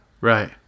Right